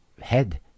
Head